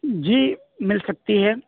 جی مل سکتی ہے